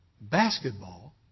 basketball